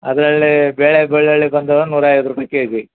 ಅದರಲ್ಲಿ ಬೇಳೆ ಬೆಳ್ಳುಳ್ಳಿ ಬಂದು ನೂರ ಐವತ್ತು ರೂಪಾಯಿ ಕೆ ಜಿ